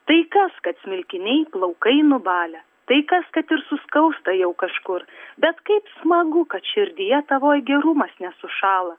tai kas kad smilkiniai plaukai nubalę tai kas kad ir suskausta jau kažkur bet kaip smagu kad širdyje tavoj gerumas nesušąla